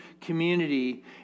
community